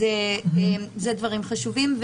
אלה דברים חשובים,